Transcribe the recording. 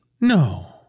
No